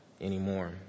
anymore